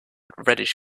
reddish